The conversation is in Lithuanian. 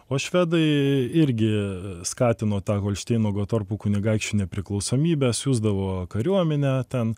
o švedai irgi skatino tą holšteino gotorpų kunigaikščių nepriklausomybę siųsdavo kariuomenę ten